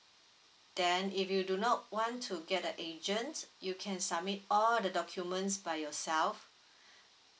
then if you do not want to get a agent you can submit all the documents by yourself